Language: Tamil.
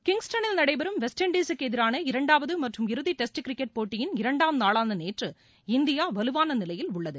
கிப்ஸ்டனில் நடைபெறும் வெஸ்ட் இண்டஸூக்கு எதிரான இரண்டாவது மற்றும் இறுதி டெஸ்ட் கிரிக்கெட் போட்டியின் இரண்டாம் நாளான நேற்று இந்தியா வலுவான நிலையில் உள்ளது